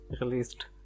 released